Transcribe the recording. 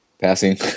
Passing